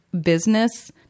business